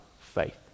faith